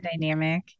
dynamic